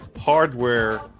hardware